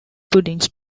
puddings